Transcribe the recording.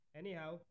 anyhow